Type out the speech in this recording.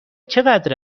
چقدر